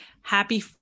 Happy